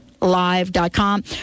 Live.com